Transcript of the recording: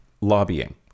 lobbying